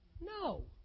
No